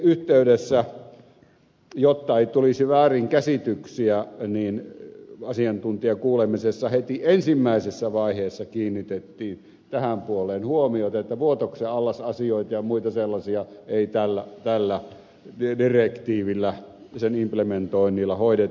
tässä yhteydessä jotta ei tulisi väärinkäsityksiä asiantuntijakuulemisessa kiinnitettiin heti ensimmäisessä vaiheessa tähän puoleen huomiota että vuotoksen allasasioita ja muita sellaisia ei tällä direktiivillä sen implementoinnilla hoideta